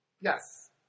Yes